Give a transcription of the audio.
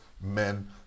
men